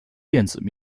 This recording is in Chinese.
电子